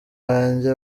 banjye